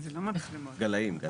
גלאים?